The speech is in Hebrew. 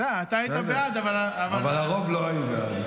בסדר, אתה היית בעד, אבל, אבל הרוב לא היו בעד.